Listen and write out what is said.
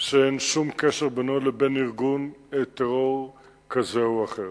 שאין שום קשר בינו לבין ארגון טרור כזה או אחר.